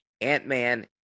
Ant-Man